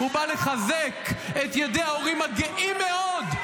הוא בא לחזק את ידי ההורים הגאים מאוד,